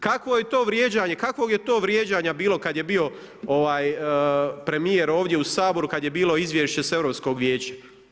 Kakvo je to vrijeđanje, kakvog je to vrijeđanja bilo kada je bio premijer ovdje u Saboru kada je bilo izvješće s Europskog vijeća?